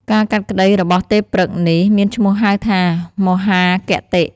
ការកាត់ក្ដីរបស់ទេព្រឹក្សនេះ មានឈ្មោះហៅថា មោហាគតិ។